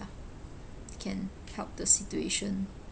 uh can help the situation